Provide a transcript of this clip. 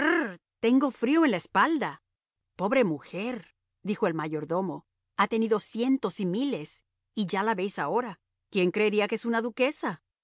tengo frío en la espalda pobre mujer dijo el mayordomo ha tenido cientos y miles y ya la veis ahora quién creería que es una duquesa